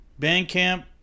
Bandcamp